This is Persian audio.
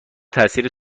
تاثیر